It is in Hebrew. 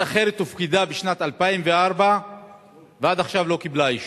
אחרת הופקדה בשנת 2004 ועד עכשיו לא קיבלה אישור.